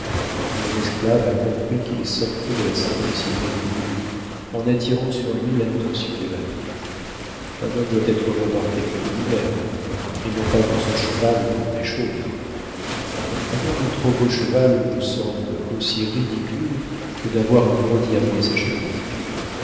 mon esclave a compris qu'il sortait de la simplicité voulue en attirant sur lui l'attention des badauds un homme doit être remarqué pour lui-même et non pas pour son cheval ou pour des choses avoir un trop beau cheval me semble aussi ridicule que d'avoir un gros diamant à sa chemise